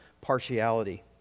partiality